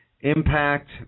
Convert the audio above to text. Impact